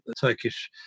Turkish